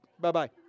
Bye-bye